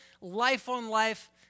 life-on-life